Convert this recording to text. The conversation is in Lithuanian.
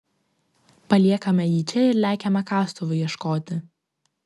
paliekame jį čia ir lekiame kastuvų ieškoti